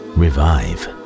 revive